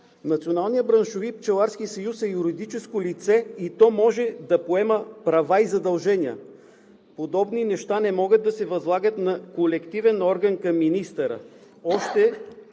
Националният браншови пчеларски съюз е юридическо лице и може да поема права и задължения. Подобни неща не могат да се възлагат на колективен орган към министъра.